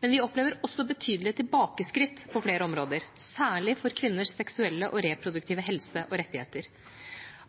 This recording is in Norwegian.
Men vi opplever også betydelige tilbakeskritt på flere områder, særlig for kvinners seksuelle og reproduktive helse og rettigheter.